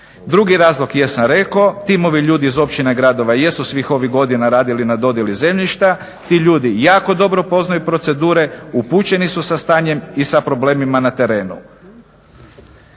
Drugi razlog jesam rekao, timovi ljudi iz općina i gradova jesu svih ovih godina radili na dodjeli zemljišta, ti ljudi jako dobro poznaju procedure, upućeni su sa stanjem i sa problemima na terenu.